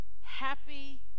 happy